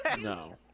No